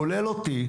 כולל אותי,